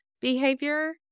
behavior